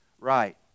right